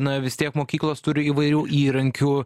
na vis tiek mokyklos turi įvairių įrankių